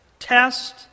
test